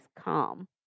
calm